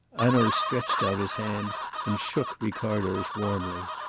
hanaud stretched out his hand and shook ricardo's warmly.